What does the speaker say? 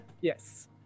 yes